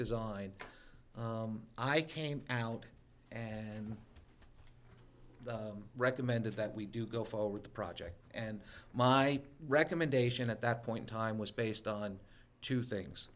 design i came out and recommended that we do go forward the project and my recommendation at that point time was based on two things